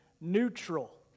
neutral